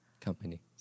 company